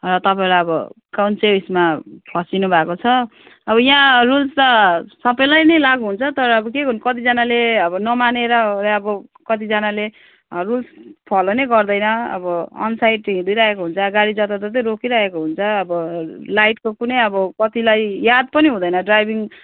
तपाईँलाई अब कुन चाहिँ उसमा फँसिनुभएको छ अब यहाँ रुल्स त सबैलाई नै लागु हुन्छ तर अब के गर्नु कतिजनाले अब नमानेर अब कतिजनाले रुल्स फोलो नै गर्दैन अब अनसाइड हिँडिराहेको हुन्छ गाडी जताततै रोकिरहेको हुन्छ अब लाइटको कुनै अब कतिलाई याद पनि हुँदैन ड्राइभिङ